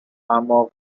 اما